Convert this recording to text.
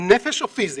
נפשי או פיזי,